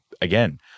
again